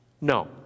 no